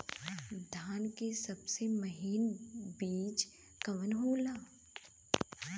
धान के सबसे महीन बिज कवन होला?